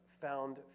found